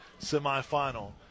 semifinal